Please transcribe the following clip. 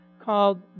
called